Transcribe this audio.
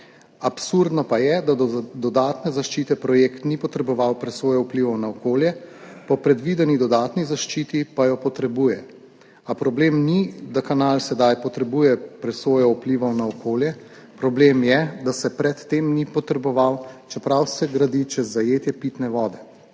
Absurdno pa je, da do dodatne zaščite projekt ni potreboval presoje vplivov na okolje, po predvideni dodatni zaščiti pa jo potrebuje. A problem ni, da kanal sedaj potrebuje presojo vplivov na okolje, problem je, da se pred tem ni potreboval, čeprav se gradi čez zajetje pitne vode.